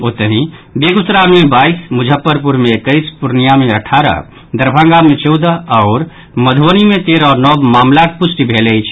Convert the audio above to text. ओतहि बेगुसराय मे बाईस मुजफ्फरपुर मे एकैस पूर्णिया मे अठारह दरभंगा मे चौदह आओर मधुबनी मे तेरह नव मामिलाक पुष्टि भेल अछि